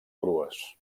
crues